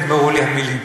באמת נגמרו לי המילים.